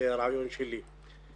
זה היה רעיון שלי.